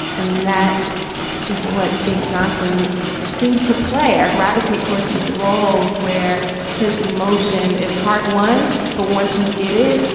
and that is what cheik johnson seems to play or gravitate towards these roles where his emotion is hard won. but once you get it,